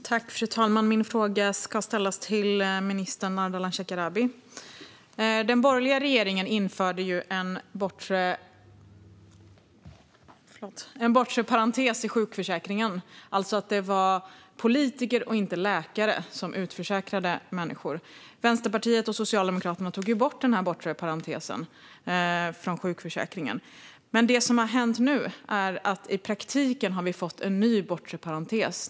Fru talman! Min fråga går till minister Ardalan Shekarabi. Den borgerliga regeringen införde en bortre parentes i sjukförsäkringen. Det var politiker och inte läkare som utförsäkrade människor. Vänsterpartiet och Socialdemokraterna tog bort den bortre parentesen från sjukförsäkringen. Det som har hänt nu är att i praktiken har vi fått en ny bortre parentes.